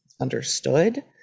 understood